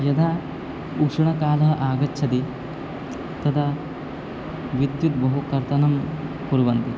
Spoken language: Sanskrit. यदा उष्णकालः आगच्छति तदा विद्युत् बहुकर्तनं कुर्वन्ति